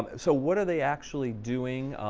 so, what are they actually doing?